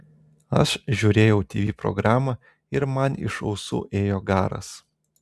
aš žiūrėjau tv programą ir man iš ausų ėjo garas